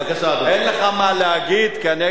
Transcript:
בבקשה, אדוני.